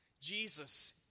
Jesus